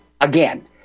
again